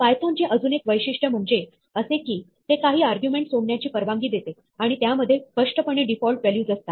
Python चे अजून एक वैशिष्ट्य म्हणजे असे की ते काही आर्ग्युमेंट सोडण्याची परवानगी देते आणि त्यामध्ये स्पष्टपणे डीफॉल्ट व्हॅल्यूज असतात